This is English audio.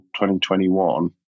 2021